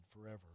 forever